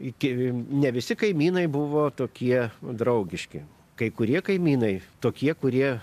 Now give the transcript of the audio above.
iki ne visi kaimynai buvo tokie draugiški kai kurie kaimynai tokie kurie